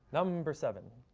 number seven.